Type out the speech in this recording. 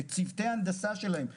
את צוותי ההנדסה שלהן,